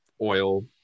oil